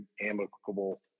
amicable